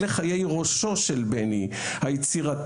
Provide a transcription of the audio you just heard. אלה חיי ראשו של בני היצירתי,